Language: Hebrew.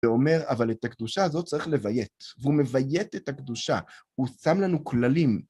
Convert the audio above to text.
ואומר אבל את הקדושה הזאת צריך לביית, והוא מביית את הקדושה, הוא שם לנו כללים.